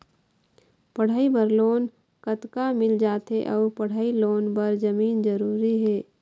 पढ़ई बर लोन कतका मिल जाथे अऊ पढ़ई लोन बर जमीन जरूरी हे?